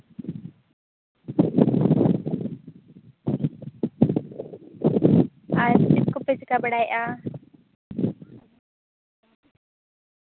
ᱟᱨ ᱪᱮᱫ ᱠᱚᱯᱮ ᱪᱤᱠᱟᱹ ᱵᱟᱲᱟᱭᱮᱫᱼᱟ